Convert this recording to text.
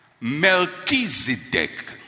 Melchizedek